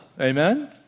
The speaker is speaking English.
amen